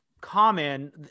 common